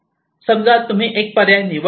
समजा तुम्ही एक पर्याय निवडला